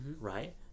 Right